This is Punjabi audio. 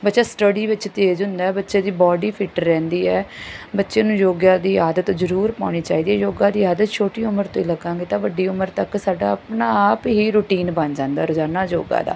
ਬੱਚਾ ਸਟੱਡੀ ਵਿੱਚ ਤੇਜ਼ ਹੁੰਦਾ ਬੱਚੇ ਦੀ ਬੋਡੀ ਫਿਟ ਰਹਿੰਦੀ ਹੈ ਬੱਚੇ ਨੂੰ ਯੋਗਾ ਦੀ ਆਦਤ ਜ਼ਰੂਰ ਪਾਉਣੀ ਚਾਹੀਦੀ ਹੈ ਯੋਗਾ ਦੀ ਆਦਤ ਛੋਟੀ ਉਮਰ ਤੋਂ ਹੀ ਲਗਾਵਾਂਗੇ ਤਾਂ ਵੱਡੀ ਉਮਰ ਤੱਕ ਸਾਡਾ ਆਪਣਾ ਆਪ ਹੀ ਰੂਟੀਨ ਬਣ ਜਾਂਦਾ ਰੋਜ਼ਾਨਾ ਯੋਗਾ ਦਾ